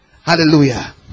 hallelujah